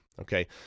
Okay